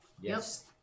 Yes